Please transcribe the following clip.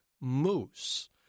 Moose